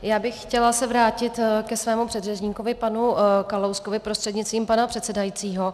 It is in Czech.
Já bych se chtěla vrátit ke svému předřečníkovi panu Kalouskovi prostřednictvím pana předsedajícího.